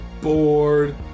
bored